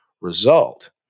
result